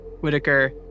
Whitaker